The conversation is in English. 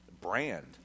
brand –